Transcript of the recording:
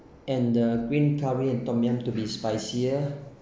and the green curry and tom yum to be spicier